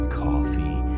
coffee